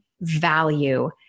value